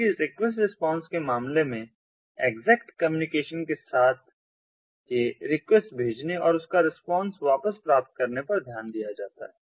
जबकि request response के मामले में एग्जैक्ट कम्युनिकेशन के साथ के रिक्वेस्ट भेजने और उसका रिस्पांस वापस प्राप्त करने पर ध्यान दिया जाता है